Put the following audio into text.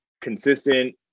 consistent